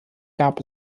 gab